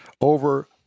over